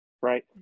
right